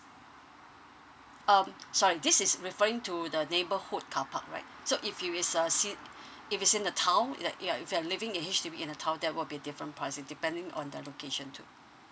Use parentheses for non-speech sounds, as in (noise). um sorry this is referring to the neighbourhood car park alright so if you it's a ci~ (breath) if it's in the town like you're if you're living in H_D_B in a town that will be different parts in depending on the location too